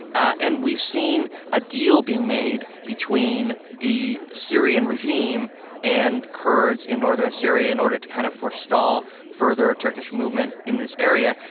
and we've seen a deal being made between the syrian regime and kurds in northern syria in order to kind of forestall further turkish movement in this area.